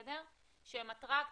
שהם אטרקציות.